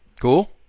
Cool